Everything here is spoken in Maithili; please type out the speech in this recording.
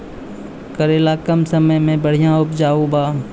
करेला कम समय मे बढ़िया उपजाई बा?